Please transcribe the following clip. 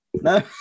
No